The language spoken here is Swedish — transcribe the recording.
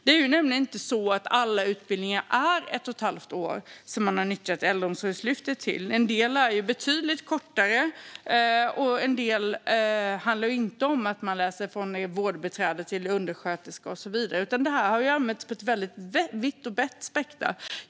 Det är ju nämligen inte så att alla utbildningar som Äldreomsorgslyftet har nyttjats till är ett och ett halvt år långa - en del är betydligt kortare, och en del handlar inte om att läsa från vårdbiträde till undersköterska. Detta har använts vitt och brett.